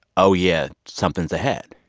oh, yeah, something's ahead?